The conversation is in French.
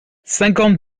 cinquante